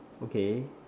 okay